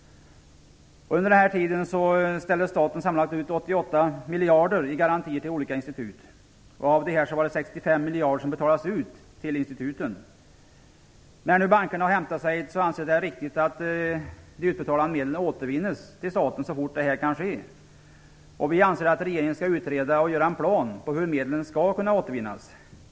Under denna tid ställde staten ut sammanlagt 88 miljarder i garantier till olika institut. Av dessa miljarder betalades 65 ut till instituten. När bankerna nu har hämtat sig anser jag det vara riktigt att de utbetalade medlen återvinns till staten så fort som det kan ske. Vi anser att regeringen skall utreda detta och göra upp en plan för hur medlen skall kunna återvinnas.